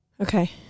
okay